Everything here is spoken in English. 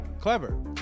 Clever